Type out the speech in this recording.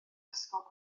ysgol